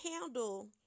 handle